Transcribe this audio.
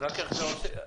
תודה.